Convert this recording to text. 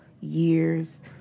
years